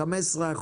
15%,